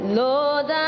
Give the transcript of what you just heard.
lord